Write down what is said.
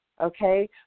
okay